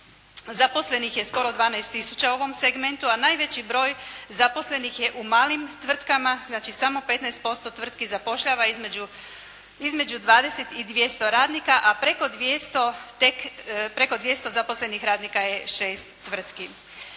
Zaposlenih je skoro 12 tisuća u ovom segmentu, a najveći broj zaposlenih je u malim tvrtkama, znači samo 15% tvrtki zapošljava između 20 i 200 radnika, a preko 200 zaposlenih radnika je 6 tvrtki.